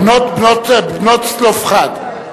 בנות צלפחד.